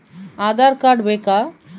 Aadhaar card ಬೇಕಾ?